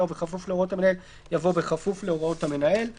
ובכפוף להוראות המנהל" יבוא "בכפוף להוראות המנהל";